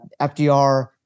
FDR